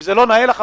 אם זה לא נאה לך,